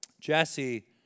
Jesse